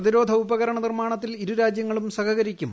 പ്രതിരോധ ഉപകരണ നിർമ്മാണത്തിൽ ഇരുരാജൃങ്ങളും സഹകരിക്കും